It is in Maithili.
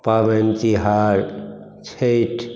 पाबनि तिहार छठि